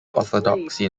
orthodoxy